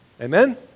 Amen